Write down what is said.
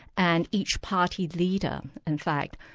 and each party leader in fact,